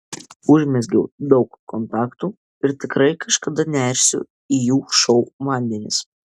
užmezgiau daug kontaktų ir tikrai kažkada nersiu į jų šou vandenis